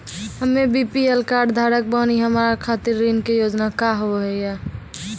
हम्मे BPL card धारक बानि हमारा खातिर ऋण के योजना का होव हेय?